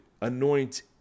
anoint